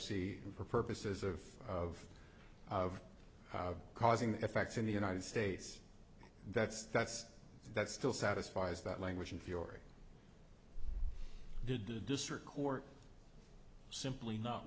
c for purposes of of of causing effects in the united states that's that's that still satisfies that language in fiore did the district court simply not